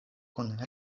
kun